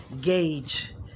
gauge